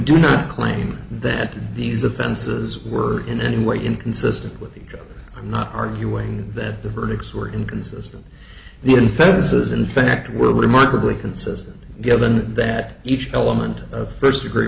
do not claim that these offenses were in any way inconsistent with the i'm not arguing that the verdicts were inconsistent the defenses in fact were remarkably consistent given that each element of first degree